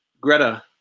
Greta